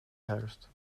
herfst